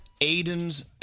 Aiden's